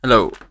Hello